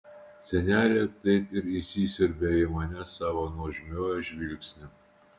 senelė taip ir įsisiurbė į mane savo nuožmiuoju žvilgsniu